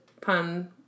pun